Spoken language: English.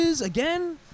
again